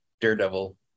Daredevil